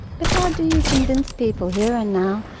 but how do you convince people, here and now,